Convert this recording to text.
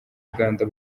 uganda